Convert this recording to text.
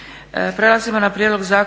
Hvala vam